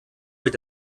mit